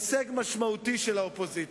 הישג משמעותי של האופוזיציה.